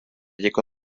jeko